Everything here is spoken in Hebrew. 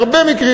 בהרבה מקרים,